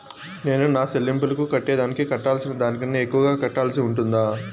నేను నా సెల్లింపులకు కట్టేదానికి కట్టాల్సిన దానికన్నా ఎక్కువగా కట్టాల్సి ఉంటుందా?